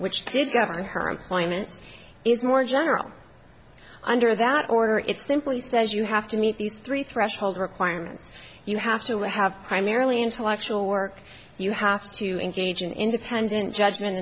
which did govern her employment is more general under that order it simply says you have to meet these three threshold requirements you have to have primarily intellectual work you have to engage an independent judgment